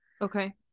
Okay